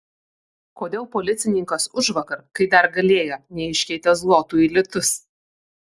kodėl policininkas užvakar kai dar galėjo neiškeitė zlotų į litus